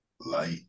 light